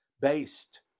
based